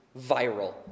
viral